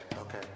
okay